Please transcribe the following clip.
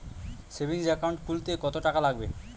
Savings account খুলতে কতটাকা লাগবে?